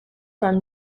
from